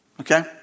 okay